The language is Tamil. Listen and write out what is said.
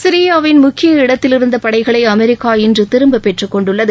சிரியாவின் முக்கிய இடத்திலிருந்த படைகளை அமெரிக்கா இன்று திரும்பப் பெற்றுக்கொண்டுள்ளது